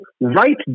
right